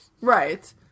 Right